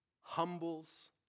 humbles